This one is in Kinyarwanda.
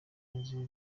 bagenzi